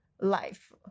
life